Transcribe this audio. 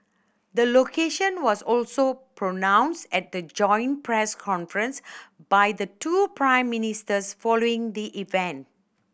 the location was also pronounced at the joint press conference by the two Prime Ministers following the event